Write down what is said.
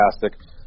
fantastic